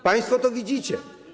Państwo to widzicie.